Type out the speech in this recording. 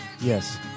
Yes